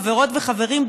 חברות וחברים,